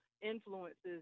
influences